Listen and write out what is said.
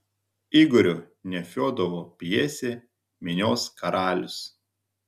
igorio nefiodovo pjesė minios karalius